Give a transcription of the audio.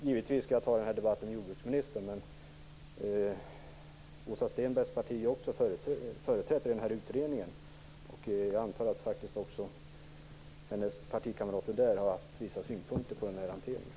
Givetvis skall jag föra den här debatten med jordbruksministern, men eftersom Åsa Stenbergs parti är företrätt i utredningen antar jag att också hennes partikamrater i den har haft vissa synpunkter på den här hanteringen.